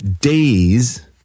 days